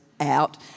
Out